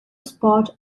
spot